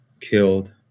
killed